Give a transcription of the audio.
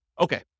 Okay